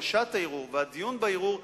הגשת הערעור והדיון בערעור,